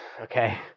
okay